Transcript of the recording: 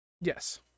Yes